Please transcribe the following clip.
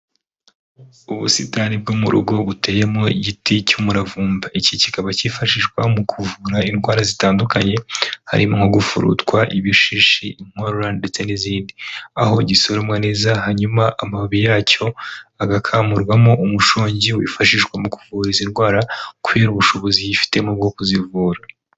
Ubusitani bwo mu rugo buteyemo igiti cy'umuravumba, iki kikaba cyifashishwa mu kuvura indwara zitandukanye hari nko gufurutwa, ibishishi, inkorora ndetse n'izindi, aho gisoromwa neza hanyuma amababi yacyo agakamurwamo umushongi wifashishwa mu kuvura izi indwara kubera ubushobozi yifitemo bwo kuzivura.